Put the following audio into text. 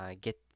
Get